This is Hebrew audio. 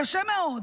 הקשה מאוד,